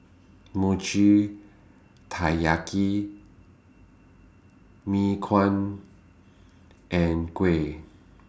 Mochi Taiyaki Mee Kuah and Kuih